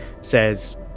says